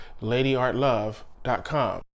LadyArtLove.com